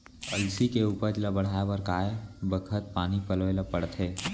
अलसी के उपज ला बढ़ए बर कय बखत पानी पलोय ल पड़थे?